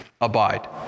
abide